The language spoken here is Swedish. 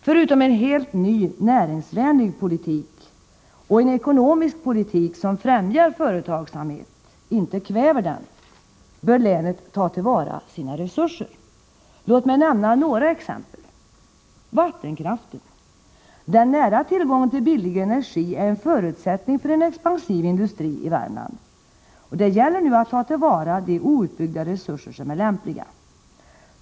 Förutom att det behövs en helt ny, näringsvänlig politik och en ekonomisk politik som främjar företagsamhet — inte kväver den — bör länet ta till vara sina resurser. Låt mig nämna några exempel. Jag börjar med vattenkraften. Den nära tillgången till billig energi är en förutsättning för en expansiv industri i Värmland. Det gäller nu att ta till vara de outbyggda resurser som är lämpliga.